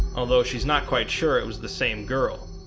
although she's not quite sure it was the same girl.